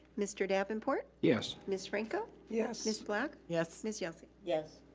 mr. davenport yes. ms. franco. yes. ms. black. yes. ms. yelsey. yes.